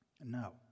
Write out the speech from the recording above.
No